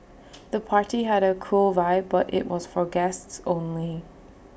the party had A cool vibe but IT was for guests only